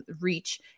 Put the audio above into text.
reach